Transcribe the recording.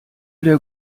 der